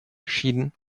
geschieden